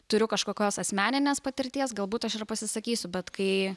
turiu kažkokios asmeninės patirties galbūt aš ir pasisakysiu bet kai